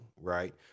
right